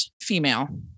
female